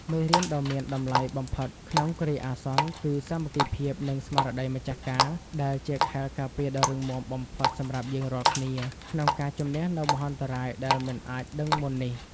មេរៀនដ៏មានតម្លៃបំផុតក្នុងគ្រាអាសន្នគឺ សាមគ្គីភាព និងស្មារតីម្ចាស់ការ ដែលជាខែលការពារដ៏រឹងមាំបំផុតសម្រាប់យើងរាល់គ្នា ក្នុងការជម្នះនូវមហន្តរាយដែលមិនអាចដឹងមុននេះ។